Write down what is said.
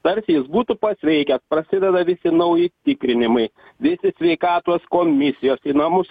tarsi jis būtų pasveikęs prasideda visi nauji tikrinimai visi sveikatos komisijos į namus